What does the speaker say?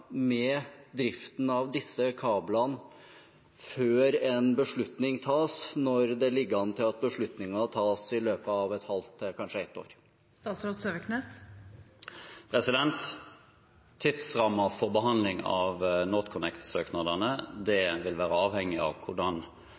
med driften av disse kablene før en beslutning tas, når det ligger an til at beslutningen tas i løpet av et halvt til kanskje ett år? Tidsrammen for behandling av NorthConnect-søknadene vil være avhengig av hvordan